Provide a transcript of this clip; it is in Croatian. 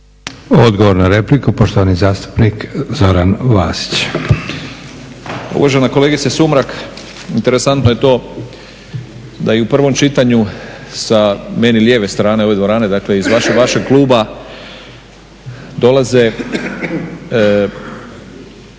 Odgovor na repliku, poštovani zastupnik Zoran Vasić. **Vasić, Zoran (SDP)** Uvažena kolegice Sumrak, interesantno je to da i u prvom čitanju sa meni lijeve strane ove dvorane dakle iz vašeg kluba dolaze